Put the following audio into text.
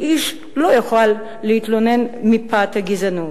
איש לא יוכל להתלונן מפאת הגזענות.